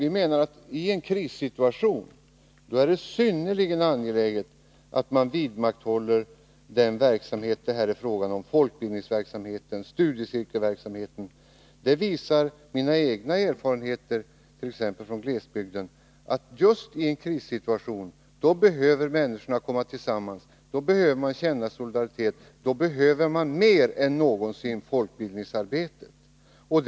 I en krissituation är det synnerligen angeläget att vidmakthålla den verksamhet det här är fråga om: folkbildningsverksamhet och studiecirkelverksamhet. Mina egna erfarenheter från t.ex. glesbygden visar att just i en krissituation behöver människor komma tillsammans. Då behöver man känna solidaritet, då behöver man mer än någonsin folkbildningsarbetet.